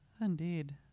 Indeed